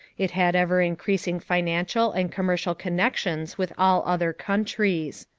it had ever-increasing financial and commercial connections with all other countries.